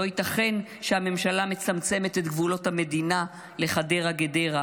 לא ייתכן שהממשלה מצמצמת את גבולות המדינה לחדרה עד גדרה.